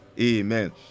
Amen